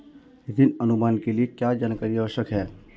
ऋण अनुमान के लिए क्या जानकारी आवश्यक है?